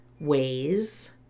ways